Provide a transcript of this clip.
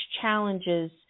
challenges